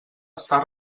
està